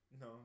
No